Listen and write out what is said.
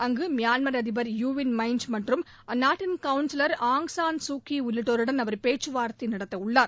அங்கு மியான்மா் அதிபா் U Win Myint மற்றும் அந்நாட்டின் counsellor Aung San Suu Kyi உள்ளிட்டோருடன் அவர் பேச்சுவார்த்தை நடத்த உள்ளார்